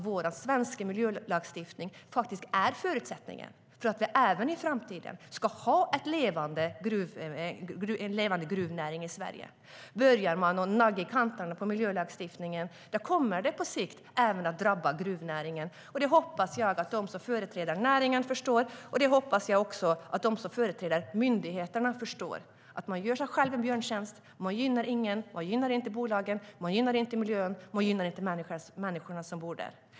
Vår svenska miljölagstiftning är faktiskt förutsättningen för att vi även i framtiden ska ha en levande gruvnäring i Sverige. Börjar man nagga miljölagstiftningen i kanterna kommer det på sikt även att drabba gruvnäringen, och det hoppas jag att både de som företräder näringen och de som företräder myndigheterna förstår. På det sättet gör man sig själv en björntjänst. Man gynnar ingen - inte bolagen, inte miljön, inte människorna som bor där.